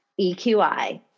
EQI